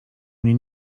mnie